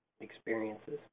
experiences